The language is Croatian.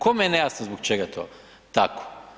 Kome je nejasno zbog čega to tako?